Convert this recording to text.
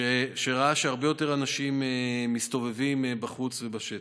שהרבה יותר אנשים מסתובבים בחוץ ובשטח.